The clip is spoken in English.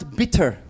bitter